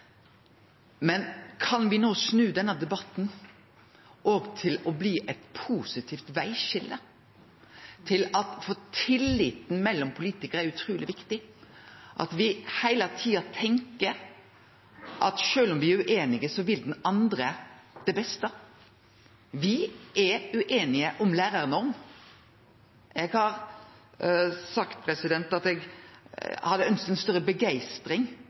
Men kan me no snu denne debatten til å bli eit positivt vegskil? Tilliten mellom politikarer er utruleg viktig, at me heile tida tenkjer at sjølv om me er ueinige, vil den andre det beste. Me er ueinige om lærarnorm – eg har sagt at eg hadde ønskt ei større begeistring